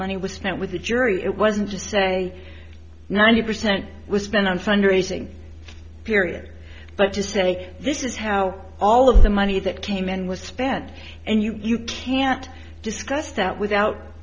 money was spent with the jury it wasn't just say ninety percent was spent on fundraising period but to say this is how all of the money that came in was spent and you can't discuss that without